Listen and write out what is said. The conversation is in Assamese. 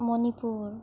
মণিপুৰ